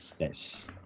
Yes